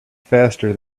faster